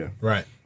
Right